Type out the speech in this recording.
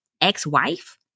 ex-wife